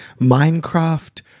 minecraft